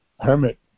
hermit